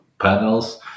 panels